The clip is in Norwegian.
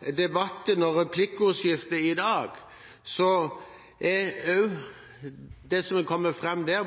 i dag